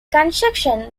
construction